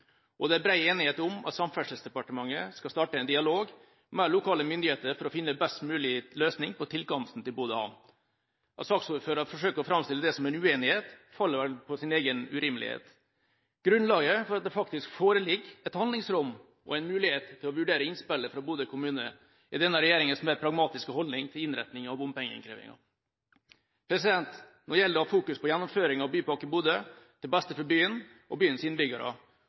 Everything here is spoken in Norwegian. og det er bred enighet om at Samferdselsdepartementet skal starte en dialog med lokale myndigheter for å finne best mulig løsning på tilkomsten til Bodø havn. At saksordføreren forsøker å framstille det som en uenighet, faller vel på sin egen urimelighet. Grunnlaget for at det faktisk foreligger et handlingsrom og en mulighet til å vurdere innspillet fra Bodø kommune, er denne regjeringas mer pragmatiske holdning til innretning av bompengeinnkrevingen. Nå gjelder det å ha fokus på gjennomføring av Bypakke Bodø til beste for byen og byens innbyggere,